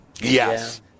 Yes